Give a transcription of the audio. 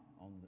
on